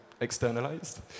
externalized